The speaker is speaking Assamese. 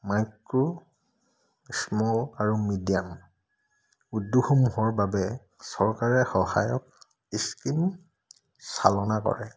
মাইক্ৰো স্মল আৰু মিডিয়াম উদ্যোগসমূহৰ বাবে চৰকাৰে সহায়ক স্কিম চালনা কৰে